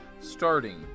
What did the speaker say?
starting